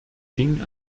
ging